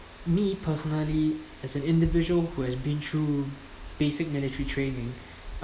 me personally as an individual who has been through basic military training